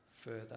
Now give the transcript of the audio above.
further